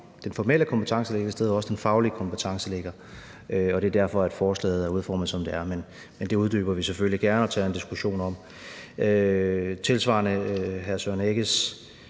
den formelle kompetence ligger det sted, hvor også den faglige kompetence ligger. Det er derfor, forslaget er udformet, som det er. Men det uddyber vi selvfølgelig gerne og tager en diskussion om. Tilsvarende vil vi også